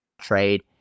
trade